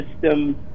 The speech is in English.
system